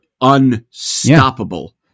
unstoppable